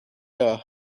air